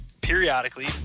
periodically